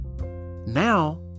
now